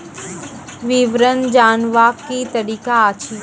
विवरण जानवाक की तरीका अछि?